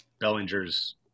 Bellinger's